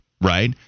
right